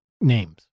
names